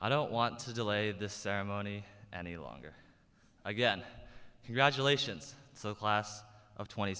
i don't want to delay this ceremony any longer again congratulations so class of twenty